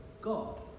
God